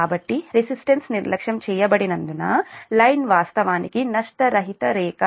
కాబట్టి రెసిస్టెన్స్ నిర్లక్ష్యం చేయబడినందున లైన్ వాస్తవానికి నష్టరహిత రేఖ